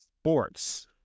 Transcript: Sports